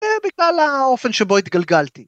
‫בגלל האופן שבו התגלגלתי.